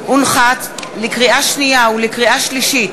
לקריאה שנייה ולקריאה שלישית: